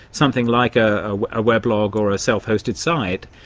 something like ah ah a weblog or a self-hosted site,